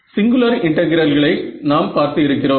singular இன்டெகிரல்களை நாம் பார்த்து இருக்கிறோம்